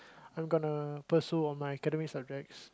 I'm gonna pursue on my academic subjects